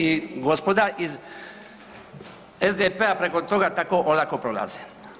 I gospoda iz SDP-a preko toga tako olako prolaze.